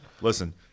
Listen